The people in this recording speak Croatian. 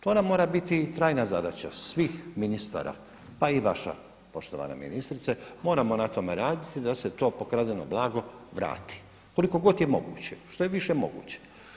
To nam mora biti trajna zadaća svih ministara pa i vaša poštovana ministrice, moramo na tome raditi da se to pokradeno blago vrati koliko god je moguće, što je više moguće.